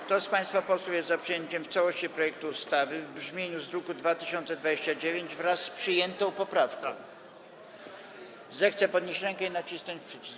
Kto z państwa posłów jest za przyjęciem w całości projektu ustawy w brzmieniu z druku nr 2029, wraz z przyjętą poprawką, zechce podnieść rękę i nacisnąć przycisk.